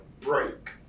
break